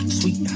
sweet